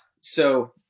So-